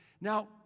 Now